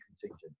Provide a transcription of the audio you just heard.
contingent